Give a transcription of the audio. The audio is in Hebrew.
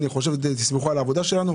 תסמכו על העבודה שלנו.